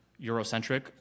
Eurocentric